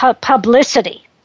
publicity